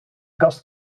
kast